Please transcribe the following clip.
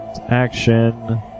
action